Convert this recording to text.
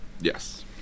Yes